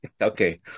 Okay